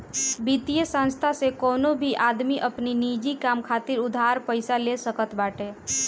वित्तीय संस्थान से कवनो भी आदमी अपनी निजी काम खातिर उधार पईसा ले सकत बाटे